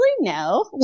no